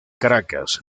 caracas